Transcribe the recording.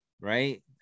right